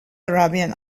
arabian